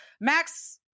Max